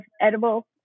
edible